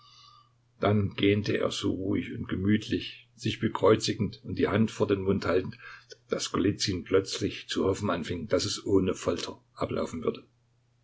dann gähnte er so ruhig und gemütlich sich bekreuzigend und die hand vor den mund haltend daß golizyn plötzlich zu hoffen anfing daß es ohne folter ablaufen würde